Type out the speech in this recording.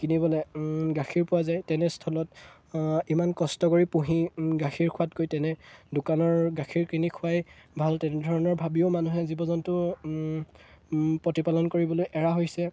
কিনিবলৈ গাখীৰ পোৱা যায় তেনেস্থলত ইমান কষ্ট কৰি পুহি গাখীৰ খোৱাতকৈ তেনে দোকানৰ গাখীৰ কিনি খুৱাই ভাল তেনেধৰণৰ ভাবিও মানুহে জীৱ জন্তু প্ৰতিপালন কৰিবলৈ এৰা হৈছে